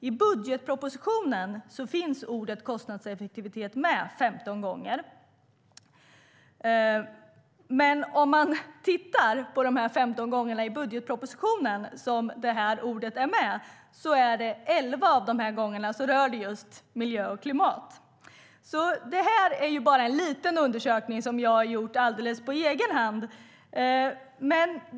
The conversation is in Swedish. I budgetpropositionen finns "kostnadseffektivitet" med 15 gånger, men 11 av dessa 15 gånger rör det just miljö och klimat. Det här är bara en liten undersökning som jag har gjort på egen hand.